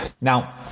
Now